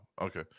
okay